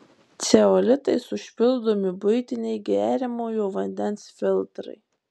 ceolitais užpildomi buitiniai geriamojo vandens filtrai